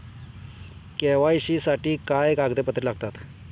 KYC साठी काय कागदपत्रे लागतात?